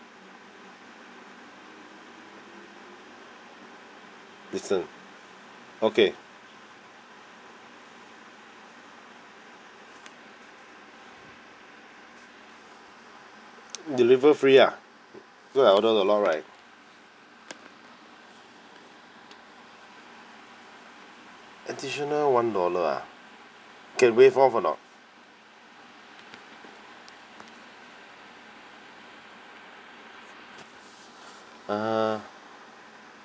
listen okay deliver free ah cause I order a lot right additional one dollar ah can waive off or not uh